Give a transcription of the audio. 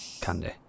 Candy